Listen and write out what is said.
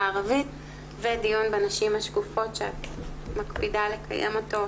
הערבית ודיון בנשים השקופות שאת מקפידה לקיים אותו,